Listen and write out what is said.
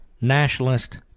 Nationalist